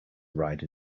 ride